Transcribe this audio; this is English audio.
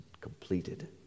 completed